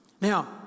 Now